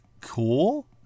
cool